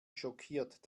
schockiert